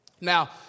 Now